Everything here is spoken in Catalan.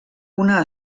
una